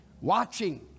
watching